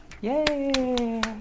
Yay